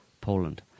Poland